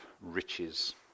riches